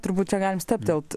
turbūt čia galim stabtelt